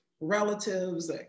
relatives